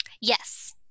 Yes